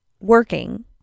working